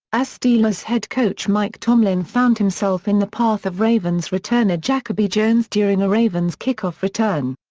as steelers head coach mike tomlin found himself in the path of ravens returner jacoby jones during a ravens kickoff return.